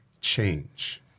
change